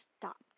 stopped